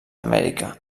amèrica